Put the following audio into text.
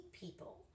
people